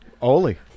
Oli